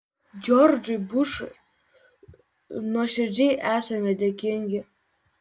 džordžui bušui nuoširdžiai esame dėkingi